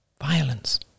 violence